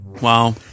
Wow